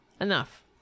Enough